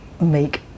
make